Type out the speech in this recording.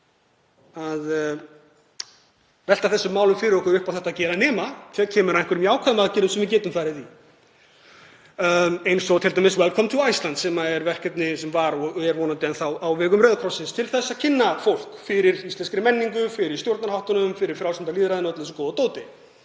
að velta þessum málum fyrir okkur upp á þetta að gera nema þegar kemur að einhverjum jákvæðum aðgerðum sem við getum farið í, eins og t.d. Welcome to Iceland, sem var verkefni og er vonandi enn þá á vegum Rauða krossins til að kynna fólk fyrir íslenskri menningu, fyrir stjórnarháttunum, fyrir frjálslynda lýðræðinu og öllu þessu góða dóti.